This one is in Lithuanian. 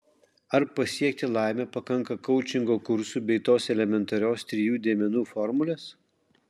ar pasiekti laimę pakanka koučingo kursų bei tos elementarios trijų dėmenų formulės